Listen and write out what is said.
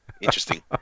Interesting